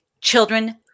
children